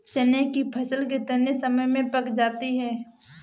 चने की फसल कितने समय में पक जाती है?